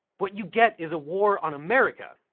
what you get is a war on america,